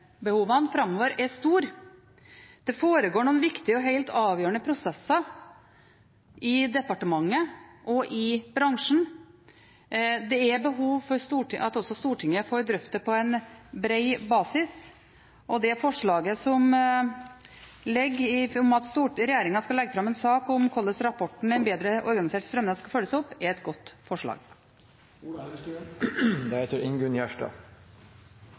helt avgjørende prosesser i departementet og i bransjen, og det er behov for at også Stortinget får drøfte det på bred basis. Det forslaget som foreligger, om at regjeringen skal legge fram en sak om hvordan rapporten «Et bedre organisert strømnett» skal følges opp, er et godt forslag.